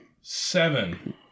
seven